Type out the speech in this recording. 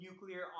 nuclear